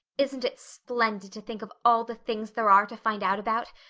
isn't it splendid to think of all the things there are to find out about?